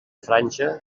franja